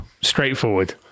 straightforward